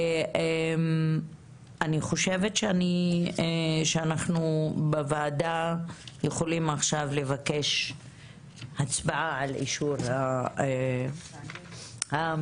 אני חושבת שאנחנו בוועדה יכולים עכשיו לבקש הצבעה על אישור ההמלצות.